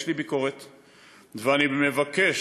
יש לי ביקורת עליהם ואני מבקש,